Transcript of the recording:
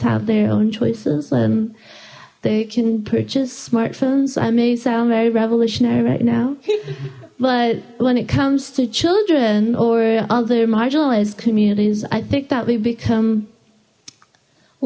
have their own choices and they can purchase smart phones i may sound very revolutionary right now but when it comes to children or other marginalized communities i think that we become a